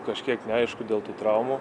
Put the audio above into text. kažkiek neaišku dėl tų traumų